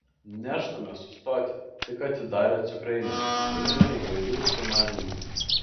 nežadame sustoti tik atidarę cukrainę turime įvairių sumanymų